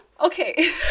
okay